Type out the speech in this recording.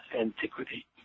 antiquity